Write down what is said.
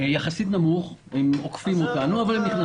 יחסית נמוך, הם עוקפים אותנו, אבל הם נכנסים.